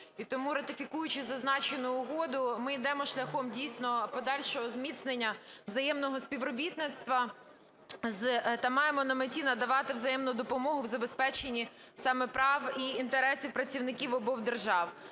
і тому, ратифікуючи зазначену угоду, ми йдемо шляхом дійсно подальшого зміцнення взаємного співробітництва та маємо на меті надавати взаємну допомогу в забезпеченні саме прав і інтересів працівників обох держав.